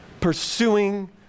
Pursuing